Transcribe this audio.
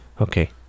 Okay